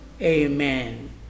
Amen